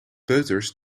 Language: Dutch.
peuters